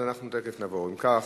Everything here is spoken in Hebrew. אם כך,